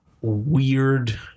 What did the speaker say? weird